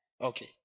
Okay